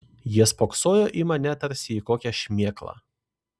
jie spoksojo į mane tarsi į kokią šmėklą